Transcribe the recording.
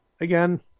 again